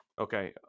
Okay